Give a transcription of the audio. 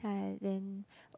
I then